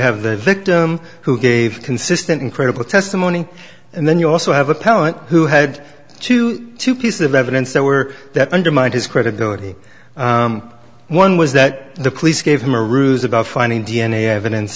have the victim who gave consistent incredible testimony and then you also have appellant who had two two pieces of evidence that were that undermined his credibility one was that the police gave him a ruse about finding d n a evidence